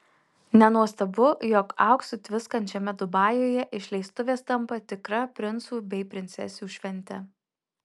nenuostabu jog auksu tviskančiame dubajuje išleistuvės tampa tikra princų bei princesių švente